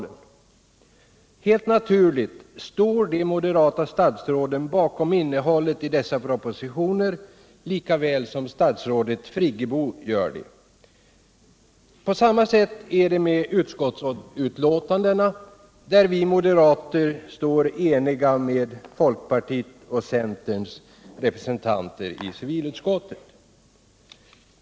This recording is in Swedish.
Helt naturligt står de moderata statsråden bakom innehållet i dessa propositioner, likaväl som statsrådet Friggebo gör det. På samma sätt är det med utskottsbetänkandena, bakom vilka vi moderater står eniga med folkpartiet och centerns representanter i civilutskottet.